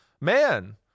man